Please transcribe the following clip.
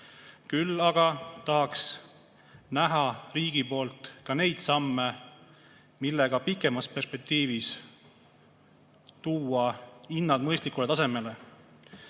Küll aga tahaks näha riigi poolt ka neid samme, millega pikemas perspektiivis tuua hinnad mõistlikule tasemele.